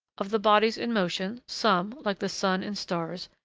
of the bodies in motion, some, like the sun and stars,